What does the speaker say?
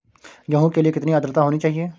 गेहूँ के लिए कितनी आद्रता होनी चाहिए?